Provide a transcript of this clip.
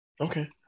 Okay